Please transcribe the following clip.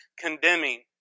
condemning